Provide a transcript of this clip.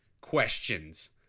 questions